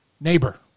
neighbor